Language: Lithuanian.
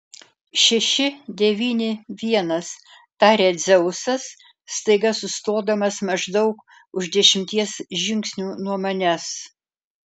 šeši devyni vienas taria dzeusas staiga sustodamas maždaug už dešimties žingsnių nuo manęs